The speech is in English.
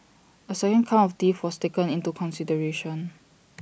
A second count of theft was taken into consideration